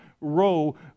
row